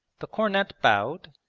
the cornet bowed,